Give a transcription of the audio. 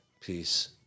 Peace